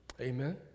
Amen